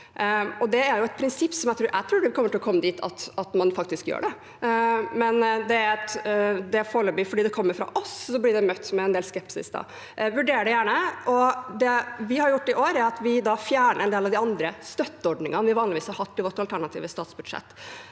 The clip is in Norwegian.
og blir lønnsomme. Jeg tror man kommer til å komme dit at man faktisk gjør det. Men det er foreløpig, og fordi det kommer fra oss, blir det møtt med en del skepsis. Vurder det gjerne. Det vi har gjort i år, er å fjerne en del av de andre støtteordningene vi vanligvis har hatt i vårt alternative statsbudsjett.